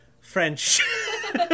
French